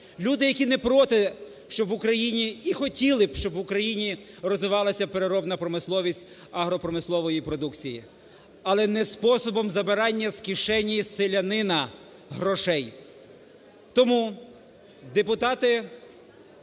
Люди, які не проти, щоб в Україні, і хотіли б, щоб в Україні розвивалася переробна промисловість агропромислової продукції, але не способом забирання з кишені селянина грошей. Тому депутати